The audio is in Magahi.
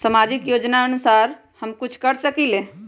सामाजिक योजनानुसार हम कुछ कर सकील?